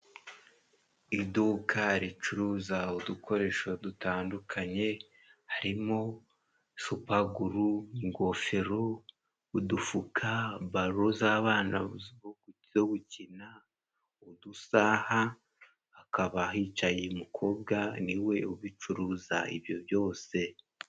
Iduka ricuruza udukoresho dutandukanye, harimo: shupaguru, ingofero, udufuka, balo z'abana zo gukina, udusaha, hakaba hicaye umukobwa, ni we ubicuruza ibyo byose.